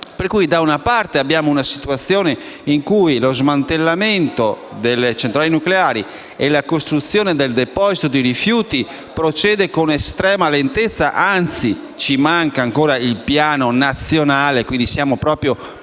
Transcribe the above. Pertanto, da una parte, abbiamo una situazione per la quale lo smantellamento delle centrali nucleari e la costruzione del deposito di rifiuti procede con estrema lentezza (anzi manca ancora il piano nazionale quindi siamo proprio privi